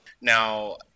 Now